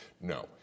No